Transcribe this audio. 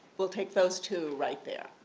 we'll take those two right there.